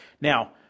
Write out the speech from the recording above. Now